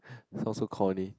so so cony